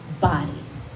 bodies